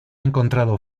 encontrado